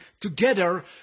together